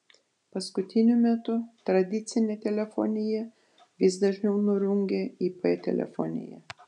paskutiniu metu tradicinę telefoniją vis dažniau nurungia ip telefonija